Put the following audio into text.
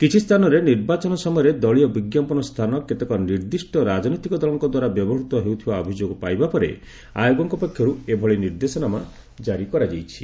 କିଛି ସ୍ଥାନରେ ନିର୍ବାଚନ ସମୟରେ ଦଳୀୟ ବିଜ୍ଞାପନ ସ୍ଥାନ କେତେକ ନିର୍ଦ୍ଧିଷ୍ଟ ରାଜନୈତିକ ଦଳଙ୍କ ଦ୍ୱାରା ବ୍ୟବହୃତ ହେଉଥିବା ଅଭିଯୋଗ ପାଇବା ପରେ ଆୟୋଗଙ୍କ ପକ୍ଷରୁ ଏଭଳି ନିର୍ଦ୍ଦେଶନାମା କ୍ତାରି କରାଯାଇଛି